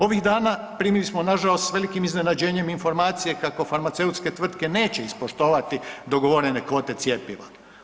Ovih dana primili smo nažalost s velikim iznenađenjem informacije kako farmaceutske tvrtke neće ispoštovati dogovorene kvote cjepiva.